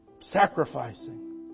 sacrificing